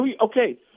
Okay